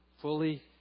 fully